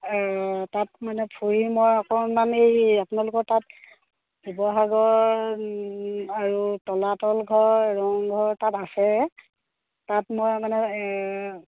তাত মানে ফুৰি মই অকণমান এই আপোনালোকৰ তাত শিৱসাগৰ আৰু তলাতল ঘৰ ৰংঘৰ তাত আছে তাত মই মানে